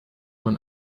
man